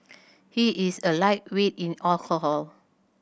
he is a lightweight in alcohol